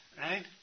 right